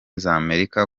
z’amerika